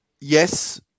yes